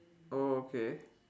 oh okay